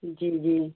जी जी